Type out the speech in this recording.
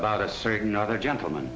about a certain other gentleman